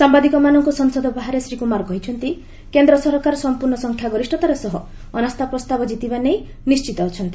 ସାମ୍ବାଦିକମାନଙ୍କୁ ସଂସଦ ବାହାରେ ଶ୍ରୀ କୁମାର କହିଛନ୍ତି କେନ୍ଦ୍ର ସରକାର ସମ୍ପର୍ଣ୍ଣ ସଂଖ୍ୟା ଗରିଷତାର ସହ ଅନାସ୍ଥା ପ୍ରସ୍ତାବ ଜିତିବା ନେଇ ନିଶ୍ଚିତ ଅଛନ୍ତି